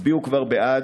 הצביעו כבר בעד,